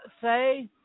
say